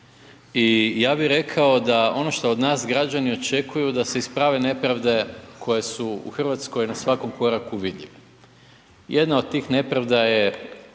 i ja bi rekao ono šta od nas građani očekuju da se isprave nepravde koje su u RH na svakom koraku vidljive. Jedna od tih nepravda je